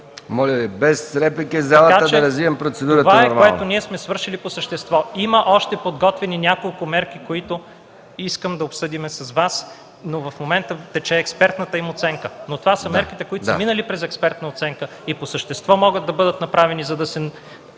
Моля Ви! Без реплики в залата, за да развием процедурата нормално. СЛУЖЕБЕН МИНИСТЪР АСЕН ВАСИЛЕВ: Това е, което ние сме свършили по същество. Има още подготвени няколко мерки, които искам да обсъдим с Вас, но в момента тече експертната им оценка, но това са мерките, които са минали през експертна оценка и по същество могат да бъдат направени, за да се